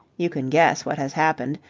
you can guess what has happened.